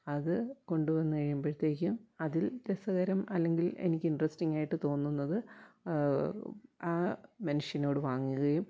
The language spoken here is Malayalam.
അതു കൊണ്ടുവന്നു കഴിയുമ്പോഴത്തേക്കും അതില് രസകരം അല്ലെങ്കിൽ എനിക്കിന്ററെസ്റ്റിങ്ങായിട്ട് തോന്നുന്നത് ആ മനുഷ്യനോടു വാങ്ങുകയും